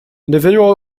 individual